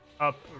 up